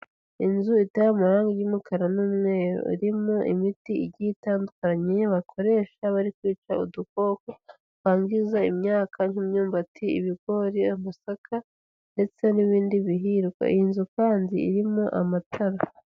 Inzu itaye amarangi y'umukara n'umweru, irimo imiti igiye itandukanye bakoresha bari kwica udukoko twangiza imyaka nk'imyumbati, ibigori, amasaka ndetse n'ibindi bihingwa, iyi nzu kandi irimo amatara.